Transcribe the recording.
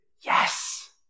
yes